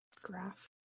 Graph